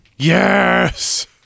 yes